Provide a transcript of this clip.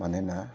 मानोना